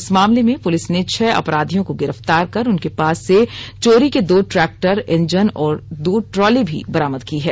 इस मामले में पुलिस ने छह अपराधियों को गिरफ्तार कर उनके पास से चोरी के दो ट्रैक्टर इंजन और दो ट्रॉली भी बरामद की है